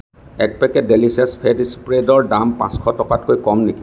এক packet Delicious fat স্প্ৰেডৰ দাম পাঁচশ টকাতকৈ কম নেকি